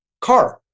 car